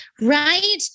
Right